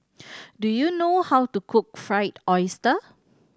do you know how to cook Fried Oyster